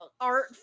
art